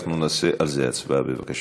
אנחנו נעשה על זה הצבעה, בבקשה.